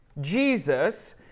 Jesus